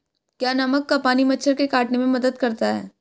क्या नमक का पानी मच्छर के काटने में मदद करता है?